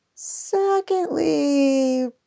secondly